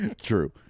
True